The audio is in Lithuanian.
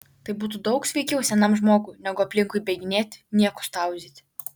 tai būtų daug sveikiau senam žmogui negu aplinkui bėginėti niekus tauzyti